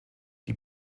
die